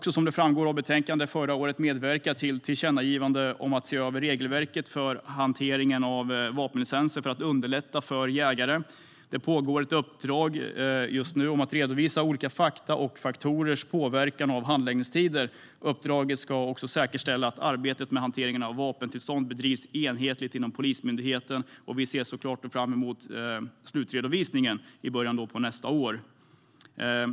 Som framgår av betänkandet förra året har vi medverkat till ett tillkännagivande om att se över regelverket för hanteringen av vapenlicenser för att underlätta för jägare. Det pågår just nu ett uppdrag att redovisa olika fakta och faktorers påverkan av handläggningstider. Uppdraget ska också säkerställa att arbetet med hanteringen av vapentillstånd bedrivs enhetligt inom polismyndigheten, och vi ser såklart fram emot slutredovisningen i början på nästa år.